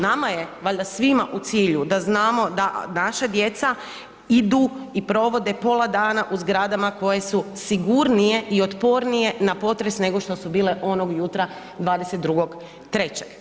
Nama je valjda svima u cilju da znamo da naša djeca idu i provode pola dana u zgradama koje su sigurnije i otpornije na potres nego što su bile onog jutra 22.3.